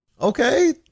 Okay